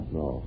no